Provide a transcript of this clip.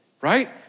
right